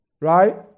Right